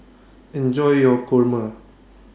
Enjoy your Kurma